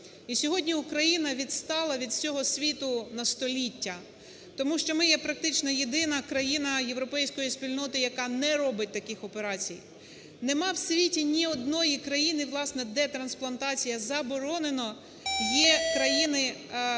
І сьогодні Україна відстала від всього світу на століття. Тому що ми є практично єдина країна європейської спільноти, яка не робить таких операцій. Нема в світі ні одної країни, власне, де трансплантація заборонена. Є країни...